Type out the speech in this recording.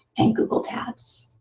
and google tabs.